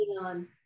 on